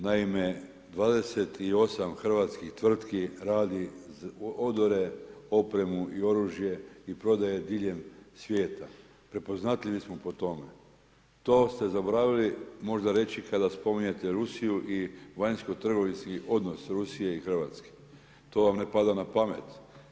Naime, 28 hrvatskih tvrtki radi odore, opremu i oružje i prodaje diljem svijeta, prepoznatljivi smo po tome to ste zaboravili možda reći kada spominjete Rusiju i vanjskotrgovinski odnos Rusije i Hrvatske, to vam ne pada na pamet.